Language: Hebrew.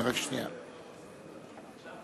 ההצעה להעביר את הנושא לוועדת העבודה,